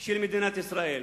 של מדינת ישראל.